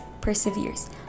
perseveres